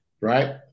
right